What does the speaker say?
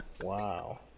wow